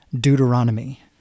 Deuteronomy